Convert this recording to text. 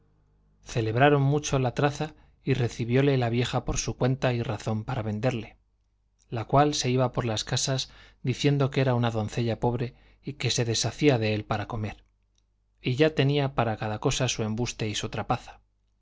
celebraron mucho la traza y recibióle la vieja por su cuenta y razón para venderle la cual se iba por las casas diciendo que era de una doncella pobre y que se deshacía de él para comer y ya tenía para cada cosa su embuste y su